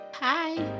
hi